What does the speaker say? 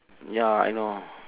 ya I know